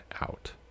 out